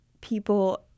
people